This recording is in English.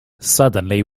suddenly